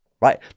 Right